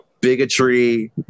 bigotry